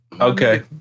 Okay